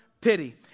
pity